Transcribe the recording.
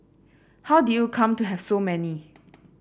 how did you come to have so many